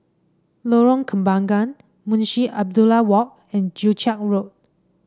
Lorong Kembangan Munshi Abdullah Walk and Joo Chiat Road